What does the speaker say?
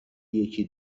یکی